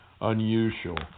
unusual